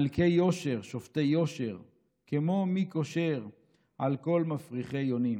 // מלכי יושר / שופטי יושר / כמו מי קושר / על כל מפריחי יונים